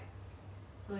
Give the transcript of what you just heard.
you can show me